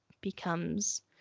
becomes